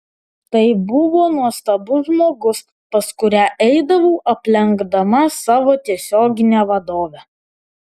tai buvo nuostabus žmogus pas kurią eidavau aplenkdama savo tiesioginę vadovę